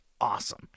awesome